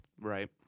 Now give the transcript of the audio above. Right